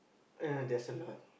yeah there's a lot